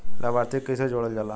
लभार्थी के कइसे जोड़ल जाला?